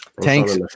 tanks